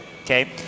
Okay